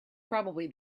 probably